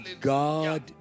God